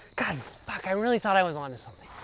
god, fuck! i really thought i was on to something.